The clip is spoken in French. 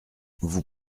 vous